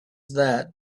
that